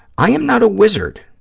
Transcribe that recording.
i am not a wizard.